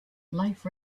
life